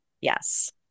Yes